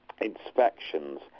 inspections